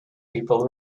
people